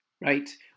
Right